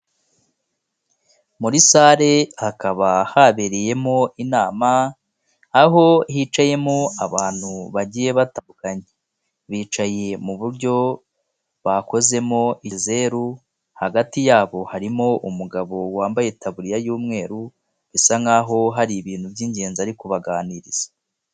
Muri salle hakaba habereyemo inama, aho hicayemo abantu bagiye batandukanye, bicaye mu buryo bakozemo izeru, hagati yabo harimo umugabo wambaye taburiya y'umweru bisa nkaho hari ibintu by'ingenzi ari kubaganiriza.